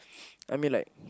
I mean like